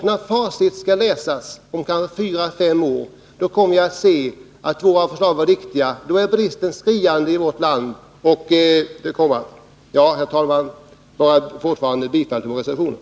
När facit kan läsas om kanske fyra till fem år kommer ni att se att våra förslag var riktiga, men då kommer bristerna på detta område att vara skriande i vårt land. Herr talman! Jag yrkar fortfarande bifall till våra reservationer.